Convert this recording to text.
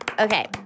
Okay